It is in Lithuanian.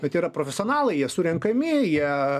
bet yra profesionalai jie surenkami jie